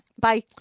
bye